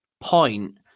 point